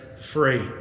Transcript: free